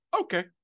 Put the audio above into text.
okay